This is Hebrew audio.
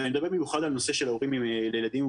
ואני מדבר במיוחד על נושא של הורים לילדים עם